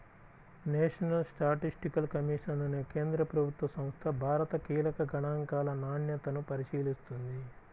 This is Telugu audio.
నేషనల్ స్టాటిస్టికల్ కమిషన్ అనే కేంద్ర ప్రభుత్వ సంస్థ భారత కీలక గణాంకాల నాణ్యతను పరిశీలిస్తుంది